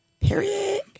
Period